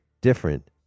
different